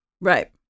Right